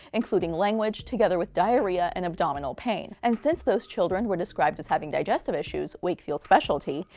including language, together with diarrhea and abdominal pain. and since those children were described as having digestive issues, wakefield's specialty,